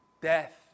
death